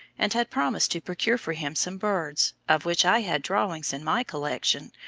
and had promised to procure for him some birds, of which i had drawings in my collection,